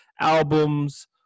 albums